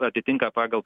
atitinka pagal